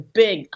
big